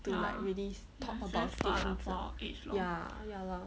to like really talk about it ya ya lah